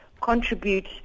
contribute